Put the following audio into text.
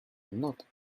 not